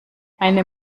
meine